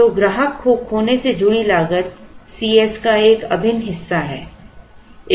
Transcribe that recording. तो ग्राहक को खोने से जुड़ी लागत C s का एक अभिन्न हिस्सा है